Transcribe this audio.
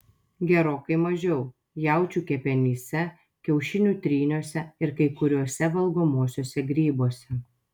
gerokai mažiau jaučių kepenyse kiaušinių tryniuose ir kai kuriuose valgomuosiuose grybuose